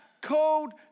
called